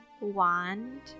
wand